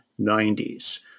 1990s